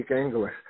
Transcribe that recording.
English